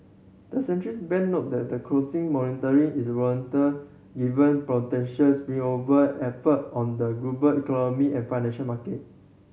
the centrals bank noted that the closing monitoring is warranted even potential spillover effect on the global economy and financial market